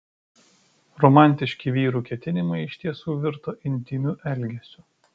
romantiški vyrų ketinimai iš tiesų virto intymiu elgesiu